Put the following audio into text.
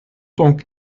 donc